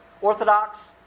Orthodox